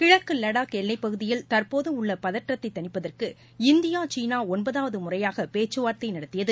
கிழக்கு லடாக் எல்லைப் பகுதியில் தற்போதுள்ள பதற்றத்தை தணிப்பதற்கு இந்தியா சீனா ஒன்பதாவது முறையாக பேச்சுவார்த்தை நடத்தியது